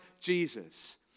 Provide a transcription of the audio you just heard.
Jesus